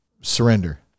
surrender